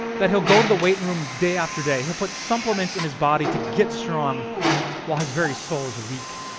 that he'll go to the weight room day after day, he'll put supplements in his body to get strong while his very soul is weak.